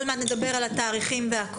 נדבר על התאריכים.